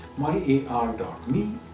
myar.me